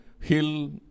hill